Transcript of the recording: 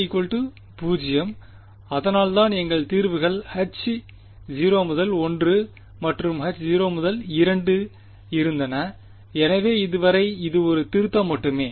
α 0 அதனால்தான் எங்கள் தீர்வுகள் H0 மற்றும் H0 இருந்தன எனவே இதுவரை இது ஒரு திருத்தம் மட்டுமே